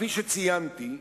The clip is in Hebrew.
כפי שציינתי,